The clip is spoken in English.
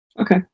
okay